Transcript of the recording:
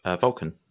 Vulcan